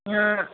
ಹಾಂ